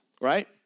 Right